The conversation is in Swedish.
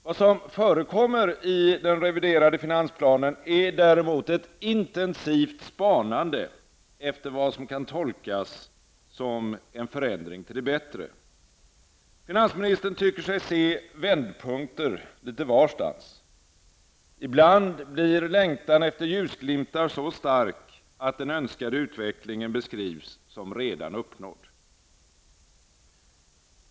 Vad som förekommer i den reviderade finansplanen är däremot ett intenstivt spanande efter vad som kan tolkas som en förändring till det bättre. Finansministern tycker sig se vändpunkter lite varstans. Ibland blir längtan efter ljusglimtar så stark att den önskade utvecklingen beskrivs som redan uppnådd.